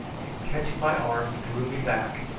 and, catching my arm, drew me back,